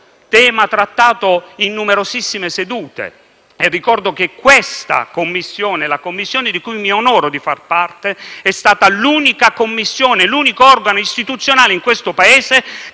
tema trattato in numerosissime sedute. Ricordo a tal proposito che la Commissione di cui mi onoro di far parte è stata l'unica Commissione e l'unico organo istituzionale nel Paese